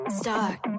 start